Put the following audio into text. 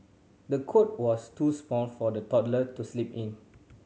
the cot was too small for the toddler to sleep in